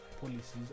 policies